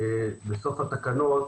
בסוף התקנות,